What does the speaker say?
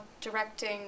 directing